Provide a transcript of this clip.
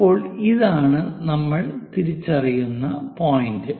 ഇപ്പോൾ ഇതാണ് നമ്മൾ തിരിച്ചറിയുന്ന പോയിന്റ്